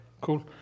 cool